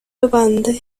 bevande